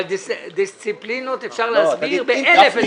אבל דיסציפלינות אפשר להסביר באלף הסברים.